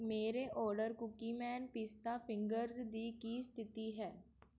ਮੇਰੇ order Cookieman ਪਿਸਤਾ fingers ਦੀ ਕੀ ਸਥਿਤੀ ਹੈ